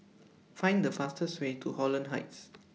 Find The fastest Way to Holland Heights